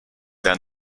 der